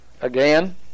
again